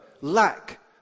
lack